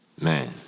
Man